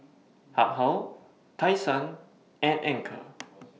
Habhal Tai Sun and Anchor